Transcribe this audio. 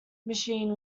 machine